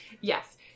Yes